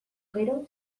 gero